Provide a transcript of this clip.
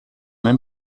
même